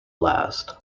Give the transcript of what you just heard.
last